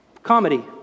comedy